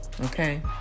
Okay